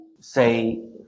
say